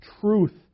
truth